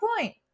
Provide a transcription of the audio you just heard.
point